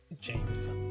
James